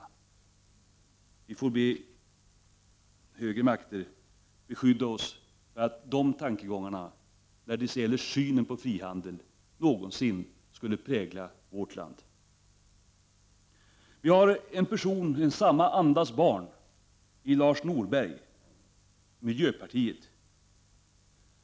Vi får be högre makter att beskydda oss från att sådana tankegångar när det gäller synen på frihandeln någonsin skulle prägla vårt land. Samma andas barn är Lars Norberg från miljöpartiet.